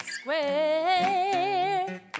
square